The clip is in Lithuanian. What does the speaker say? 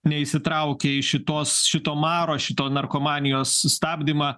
neįsitraukia į šitos šito maro šito narkomanijos stabdymą